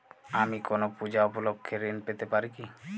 আমি কোনো পূজা উপলক্ষ্যে ঋন পেতে পারি কি?